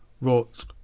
wrote